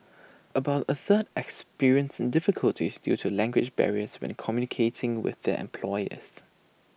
about A third experienced difficulties due to language barriers when communicating with their employers